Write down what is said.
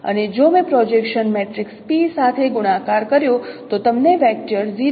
અને જો મેં પ્રોજેક્શન મેટ્રિક્સ P સાથે ગુણાકાર કર્યો તો તમને વેક્ટર મળશે